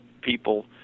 people